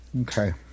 Okay